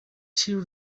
till